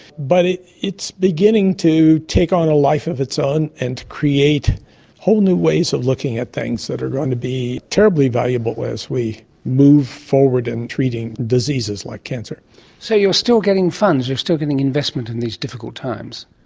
but it's beginning to take on a life of its own and create whole new ways of looking at things that are going to be terribly valuable as we move forward in treating diseases like cancerrobyn williams so you're still getting funds, you're still getting investments in these difficult times?